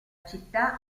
città